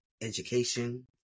education